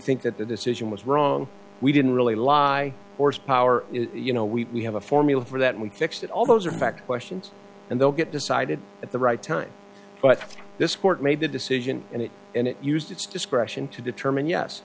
think that the decision was wrong we didn't really lie horsepower you know we have a formula for that and we fixed it all those are fact questions and they'll get decided at the right time but this court made the decision and it and it used its discretion to determine yes